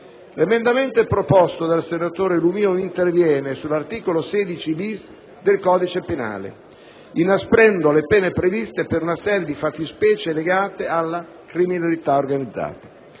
L'emendamento proposto dal senatore Lumia interviene invece sull'articolo 416-*bis* del codice penale, inasprendo le pene previste per una serie di fattispecie legate alla criminalità organizzata.